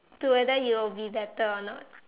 to whether you will be better or not